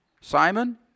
Simon